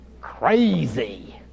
Crazy